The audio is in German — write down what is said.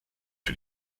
für